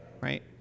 Right